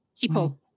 people